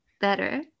better